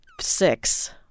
six